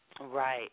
Right